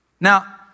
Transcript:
Now